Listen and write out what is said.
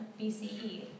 BCE